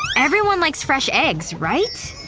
everyone likes fresh eggs, right?